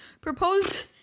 proposed